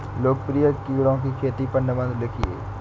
लोकप्रिय कीड़ों की खेती पर निबंध लिखिए